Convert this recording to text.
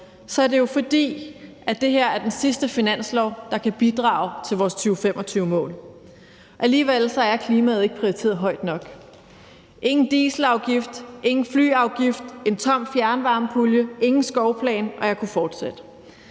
er det jo, fordi det her er den sidste finanslov, der kan bidrage til vores 2025-mål. Alligevel er klimaet ikke prioriteret højt nok. Der er ingen dieselafgift, ingen flyafgift, en tom fjernvarmepulje, ingen skovplan, og jeg kunne fortsætte.